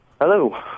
hello